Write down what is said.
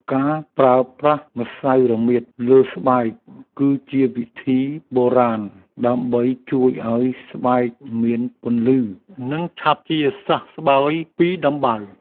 ការប្រើប្រាស់ម្សៅរមៀតលើស្បែក គឺជាវិធីបុរាណដើម្បីជួយឱ្យស្បែកមានពន្លឺ និងឆាប់ជាសះស្បើយពីដំបៅ។